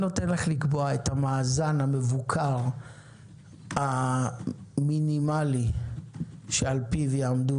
אני נותן לך לקבוע את המאזן המבוקר המינימלי שעל פיו יעמדו